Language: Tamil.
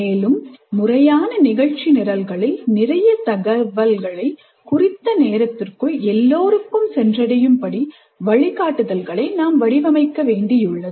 மேலும் முறையான நிகழ்ச்சி நிரல்களில் நிறைய தகவல்களை குறித்த நேரத்திற்குள் எல்லோருக்கும் சென்றடையும் படி வழிகாட்டுதல்களை நாம் வடிவமைக்க வேண்டியுள்ளது